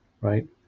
right